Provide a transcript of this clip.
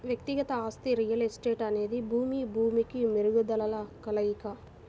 వ్యక్తిగత ఆస్తి రియల్ ఎస్టేట్అనేది భూమి, భూమికి మెరుగుదలల కలయిక